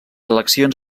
eleccions